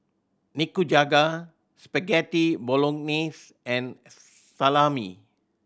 Nikujaga Spaghetti Bolognese and Salami